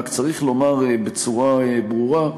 רק צריך לומר בצורה ברורה,